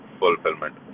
fulfillment